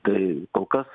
tai kol kas